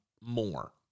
more